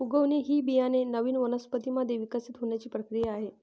उगवण ही बियाणे नवीन वनस्पतीं मध्ये विकसित होण्याची प्रक्रिया आहे